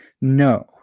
no